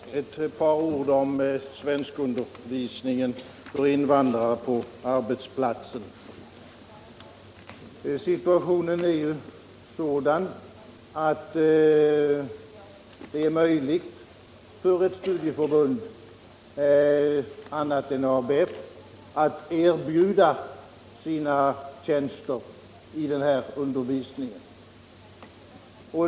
Herr talman! Ett par ord om svenskundervisningen för invandrare på arbetsplatsen. Situationen är ju den att det inte är möjligt för studieförbund, annat än för ABF, att erbjuda sina tjänster när det gäller denna undervisning.